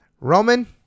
Roman